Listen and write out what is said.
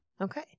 Okay